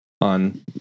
on